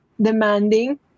demanding